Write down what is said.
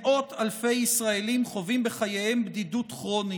מאות אלפי ישראלים חווים בחייהם בדידות כרונית,